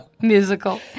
musical